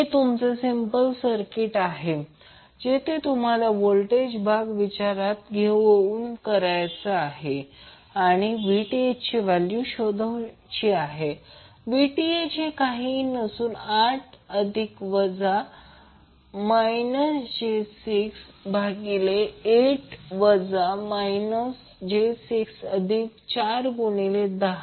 हे तुमचे simple circuit जेथे तुम्ही व्होल्टेज भाग याचा विचार करू शकता आणि Vth ची व्हॅल्यू शोधू शकता Vth हे काही नसून 8 अधिक वजा j6 भागिले 8 वजा j6 अधिक 4 गुणिले 10